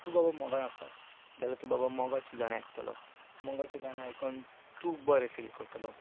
तूं बाबा मोगान आसा जाल्यार तूं बाबा मोगाचीं गाणीं आयकतलो मोगाचीं गाणीं आयकोन तूं बरें फील करतलो